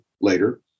later